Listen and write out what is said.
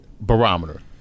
barometer